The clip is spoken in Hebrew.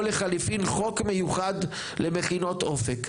או לחליפין חוק מיוחד למכינות אופק.